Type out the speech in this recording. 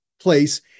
place